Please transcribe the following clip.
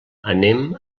anem